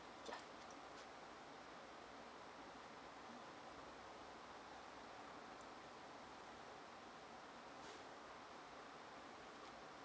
ya